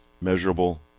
measurable